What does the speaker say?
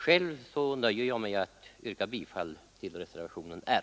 Själv nöjer jag mig med att yrka bifall till reservationen R.